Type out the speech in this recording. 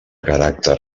caràcter